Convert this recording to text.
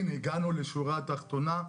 הנה הגענו לשורה התחתונה,